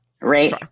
Right